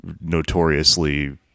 notoriously